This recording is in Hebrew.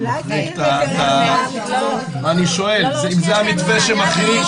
איתמר בן גביר - הציונות הדתית: זה המתווה שמחליט,